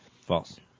False